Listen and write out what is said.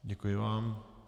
Děkuji vám.